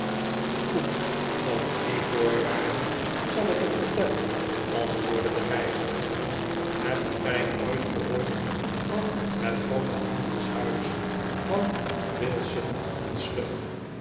goed onder die voorwaarde zal ik het vertellen antwoordde de reiziger hebt gij ooit gehoord van het groote handelshuis van bilson en slum